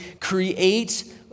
create